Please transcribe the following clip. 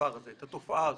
התופעה הזאת.